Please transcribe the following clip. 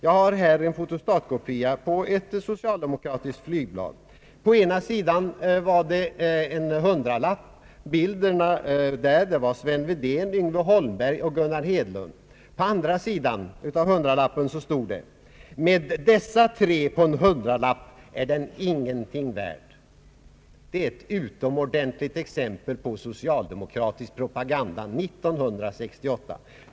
Jag har här en fotostatkopia av ett socialdemokratiskt flygblad. På ena sidan såg man en hundralapp med bilder av Sven Wedén, Yngve Holmberg och Gunnar Hedlund. På andra sidan av hundralappen stod det: »Med dessa tre På en hundralapp är den ingenting värd.» Detta är ett utomordentligt exempel på socialdemokratisk propaganda 1968.